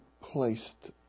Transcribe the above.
placed